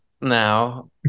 now